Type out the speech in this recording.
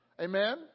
Amen